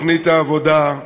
העבודה.